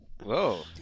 Whoa